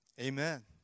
Amen